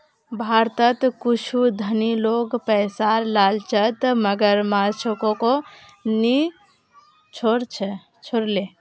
भारतत कुछू धनी लोग पैसार लालचत मगरमच्छको नि छोड ले